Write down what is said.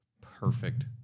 perfect